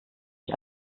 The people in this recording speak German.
ich